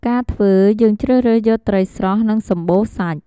ការធ្វើយើងជ្រើសរើសយកត្រីស្រស់និងសម្បូរសាច់។